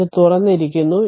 ഇത് തുറന്നിരിക്കുന്നു